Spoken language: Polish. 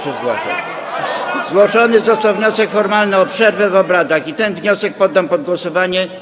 Zgłoszony został wniosek formalny o przerwę w obradach i ten wniosek poddam pod głosowanie.